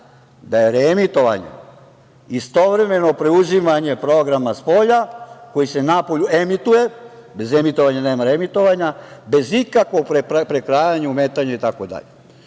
da je reemitovanje istovremeno preuzimanje programa spolja, koji se napolju emituje, bez emitovanja nema reemitovanja, bez ikakog prekrajanja, ometanja itd. Oni